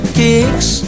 kicks